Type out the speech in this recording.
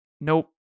nope